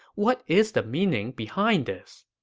what is the meaning behind this?